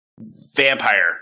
Vampire